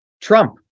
Trump